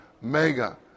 Mega